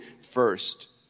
first